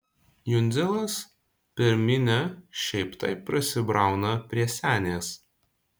jundzilas per minią šiaip taip prasibrauna prie senės